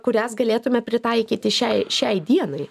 kurias galėtume pritaikyti šiai šiai dienai